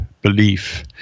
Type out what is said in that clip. belief